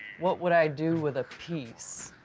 what would i do with a piece?